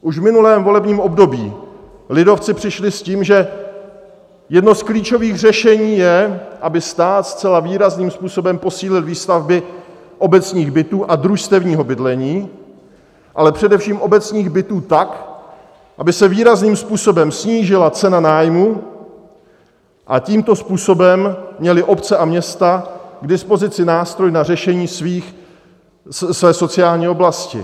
Už v minulém volebním období lidovci přišli s tím, že jedno z klíčových řešení je, aby stát zcela výrazným způsobem posílil výstavby obecních bytů a družstevního bydlení, ale především obecních bytů tak, aby se výrazným způsobem snížila cena nájmů, a tímto způsobem měly obce a města k dispozici nástroj na řešení své sociální oblasti.